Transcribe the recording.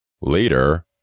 Later